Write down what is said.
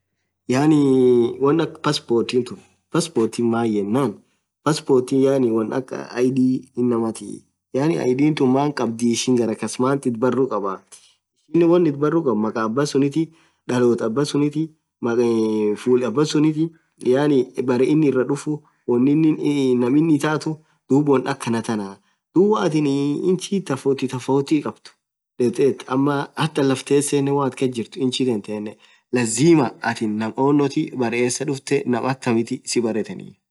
Yaani wonn akha passport tun passport maaan yenen passport won akha ID inamathi yaani I'd maan khabdhi ishin gara khasa maath ithi barru khabaaa ishinen wonn ithi barru khabdhu maakhaa aba sunithi dhaloth aba sunithi full abaa sunnith yaani berre inin iraa dhufuu wonin naam inn ithathu won akhana thaana dhub woathin inchi tofauti tofauti khabdhu dhetheathu ama Hatha laff tesenenn woathin kasjirtu inchi tantenen lazimaa atin ñaam onn thii esssa dhufte ñaam akhamith sii barethenu